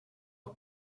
het